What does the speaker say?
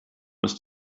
ist